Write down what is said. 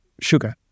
sugar